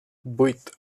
vuit